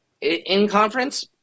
In-conference